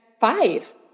five